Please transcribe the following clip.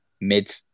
mid